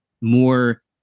more